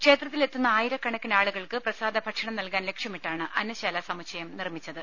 ക്ഷേത്രത്തിലെത്തുന്ന ആയിരക്കണക്കിനാളുകൾക്ക് പ്രസാദഭക്ഷണം നൽകാൻ ലക്ഷ്യമിട്ടാണ് അന്നശാലാസമുച്ചയം നിർമ്മിച്ചത്